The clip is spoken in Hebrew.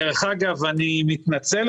אני מתנצל.